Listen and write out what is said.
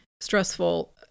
stressful